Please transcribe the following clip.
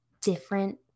different